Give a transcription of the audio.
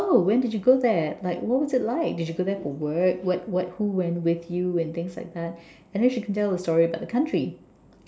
oh when did you go there like what was it like did you go there for work what what who went with you and things like that and then she can tell the story about the country